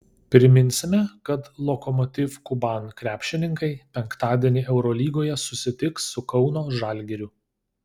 priminsime kad lokomotiv kuban krepšininkai penktadienį eurolygoje susitiks su kauno žalgiriu